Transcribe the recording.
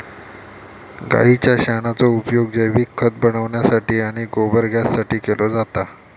गाईच्या शेणाचो उपयोग जैविक खत बनवण्यासाठी आणि गोबर गॅससाठी केलो जाता